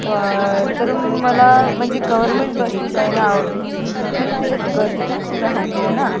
क तर मला म्हणजे गवरमेंट बसने जाणं आवडते पण त्याच्यात गर्दी पण खूप राहते ना